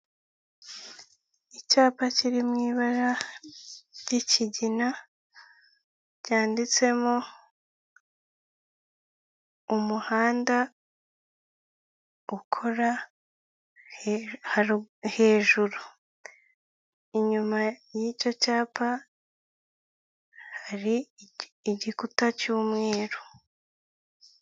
Icyapa kiri mu ibara ry'ikigina cyanyanditsemo, umuhanda ukora hejuru. Inyuma y'icyo cyapa hari igikuta cy'umweru.